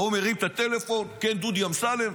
ההוא מרים את הטלפון: כן, דודי אמסלם.